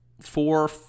Four